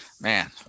man